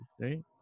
right